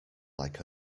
like